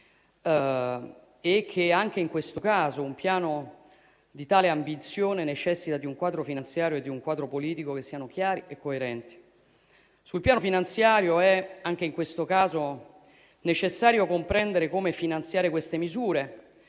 e che anche in questo caso un piano di tale ambizione necessita di un quadro finanziario e politico che sia chiaro e coerente. Sul piano finanziario è anche in questo caso necessario comprendere come finanziare queste misure